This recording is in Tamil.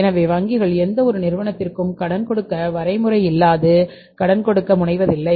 எனவே வங்கிகள் எந்தவொரு நிறுவனத்திற்கும் கடன் கொடுக்க வரைமுறை இல்லாது கடன் கொடுக்க முனைவதில்லை